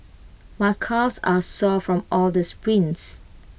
my calves are sore from all the sprints